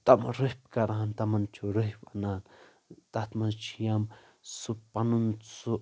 تَمہِ رٔفۍ کَران تَمن چھ رٔفۍ ونان تتھ منٛز چھِ یِم سُہ پنُن سُہ